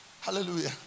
Hallelujah